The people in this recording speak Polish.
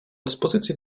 dyspozycji